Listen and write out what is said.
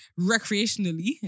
Recreationally